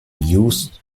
used